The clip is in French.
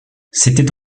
c’était